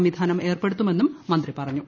സംവിധാനം ഏർപ്പെടുത്തുമെന്നും മന്ത്രി പറഞ്ഞു